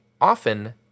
often